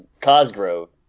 Cosgrove